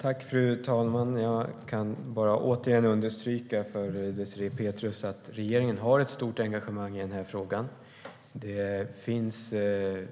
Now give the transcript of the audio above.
Fru talman! Låt mig åter understryka för Désirée Pethrus att regeringen har ett stort engagemang i frågan.